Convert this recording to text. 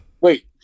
Wait